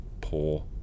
poor